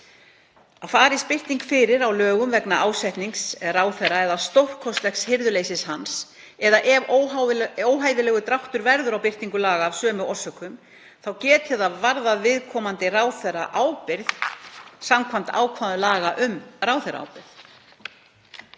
að farist birting fyrir á lögum vegna ásetnings ráðherra, stórkostlegs hirðuleysis hans eða ef óhæfilegur dráttur verður á birtingu laga af sömu orsökum geti það varðað viðkomandi ráðherra ábyrgð samkvæmt ákvæðum laga um ráðherraábyrgð.